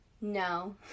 No